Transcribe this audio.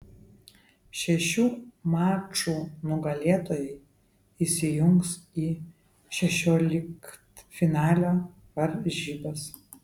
šešių mačų nugalėtojai įsijungs į šešioliktfinalio varžybas